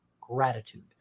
gratitude